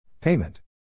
Payment